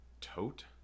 tote